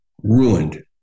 ruined